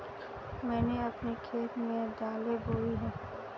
मैंने अपने खेत में दालें बोई हैं